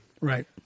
Right